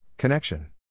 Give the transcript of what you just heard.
Connection